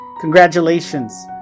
Congratulations